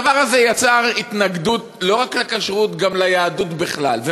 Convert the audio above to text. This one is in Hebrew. הדבר הזה יצר התנגדות לא רק לכשרות אלא גם ליהדות בכלל.